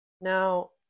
now